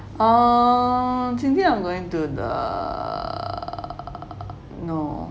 err 今天 I'm going into the no